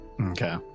Okay